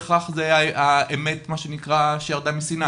מה שעוה"ד איצקוביץ אמרה הוא לא בהכרח האמת שירדה מסיני.